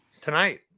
tonight